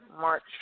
March